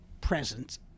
presence